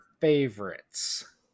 favorites